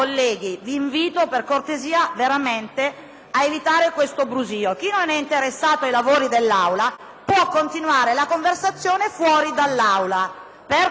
a evitare questo brusìo. Chi non è interessato ai lavori può continuare la conversazione fuori dall'Aula. **Discussione